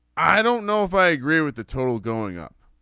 i don't know if i agree with the total going up.